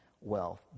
wealth